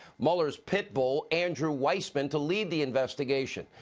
mueller's pit bull andrew weissmann to lead the investigation.